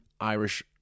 Irish